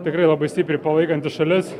tikrai labai stipriai palaikanti šalis